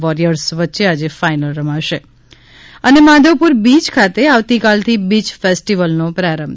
warriors વચ્ચે આજે final રમાશે માધવપુર બીય ખાતે આવતીકાલથી બીય ફેસ્ટિવલનો પ્રારંભ થશે